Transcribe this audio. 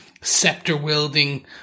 scepter-wielding